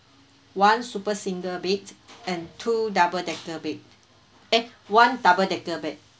one super single bed and two double decker bed eh one double decker bed